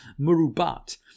murubat